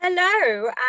Hello